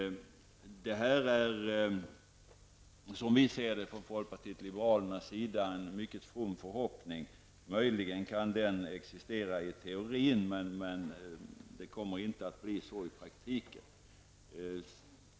Det här är, som vi i folkpartiet liberalerna ser det, en mycket from förhoppning. Möjligen kan detta fungera i teorin, men det kommer inte att bli så i praktiken.